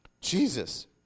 Jesus